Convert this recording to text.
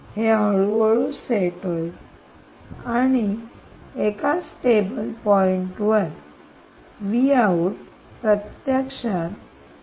हे हळूहळू सेट होईल आणि एका स्टेबल पॉईंटवर प्रत्यक्षात 3